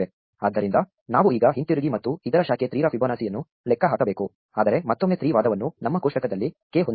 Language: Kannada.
ಆದ್ದರಿಂದ ನಾವು ಈಗ ಹಿಂತಿರುಗಿ ಮತ್ತು ಇತರ ಶಾಖೆ 3 ರ ಫಿಬೊನಾಸಿಯನ್ನು ಲೆಕ್ಕ ಹಾಕಬೇಕು ಆದರೆ ಮತ್ತೊಮ್ಮೆ 3 ವಾದವನ್ನು ನಮ್ಮ ಕೋಷ್ಟಕದಲ್ಲಿ k ಹೊಂದಿದೆ